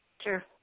Sure